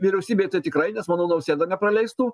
vyriausybei tai tikrai nes manau nausėda nepraleistų